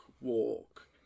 walk